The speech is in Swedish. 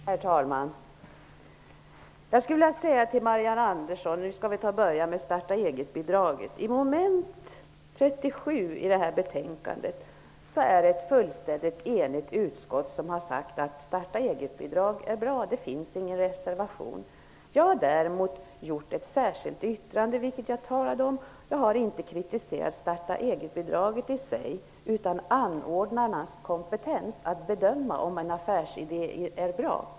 Herr talman! Låt mig först beröra starta-egetbidraget. Under mom. 37 i utskottets hemställan i detta betänkande är utskottet fullständigt enigt. Det har sagt att starta-eget-bidrag är bra, och det finns ingen reservation mot detta. Däremot har jag, som jag nämnt, avgivit ett särskilt yttrande. Jag har inte kritiserat starta-eget-bidraget som sådant utan anordnarnas kompetens att bedöma om en affärsidé är bra.